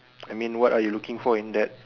I mean what are you looking for in that uh